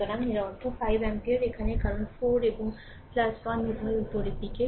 সুতরাং এর অর্থ 5 অ্যাম্পিয়ার এখানে কারণ 4 এবং 1 উভয়ই উপরের দিকে